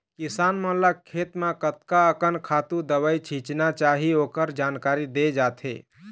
किसान मन ल खेत म कतका अकन खातू, दवई छिचना चाही ओखर जानकारी दे जाथे